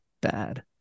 bad